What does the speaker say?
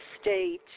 state